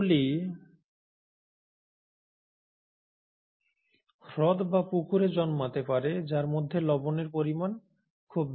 এগুলি হ্রদ এবং পুকুরে জন্মাতে পারে যার মধ্যে লবণের পরিমাণ খুব বেশি